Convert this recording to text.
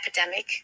epidemic